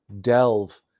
delve